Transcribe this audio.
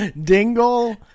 Dingle